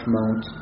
Mount